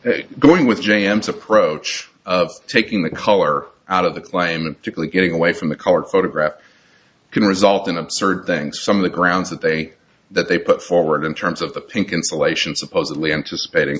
case going with j m s approach of taking the color out of the claim to getting away from the colored photograph can result in absurd thing some of the grounds that they that they put forward in terms of the pink insulation supposedly anticipating